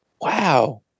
wow